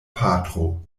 patro